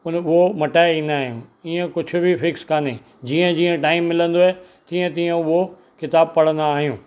हुन पोइ मटाए ईंदा आहियूं ईअं कुझु बि फिक्स काने जीअं जीअं टाइम मिलंदव तीअं तीअं उहो किताबु पढ़ंदा आहियूं